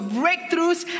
breakthroughs